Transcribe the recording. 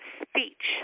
speech